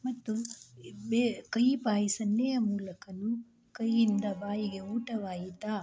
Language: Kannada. ಮತ್ತು ಬೆ ಕೈ ಬಾಯಿ ಸನ್ನೆಯ ಮೂಲಕನು ಕೈಯಿಂದ ಬಾಯಿಗೆ ಊಟವಾಯಿತಾ